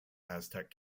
aztec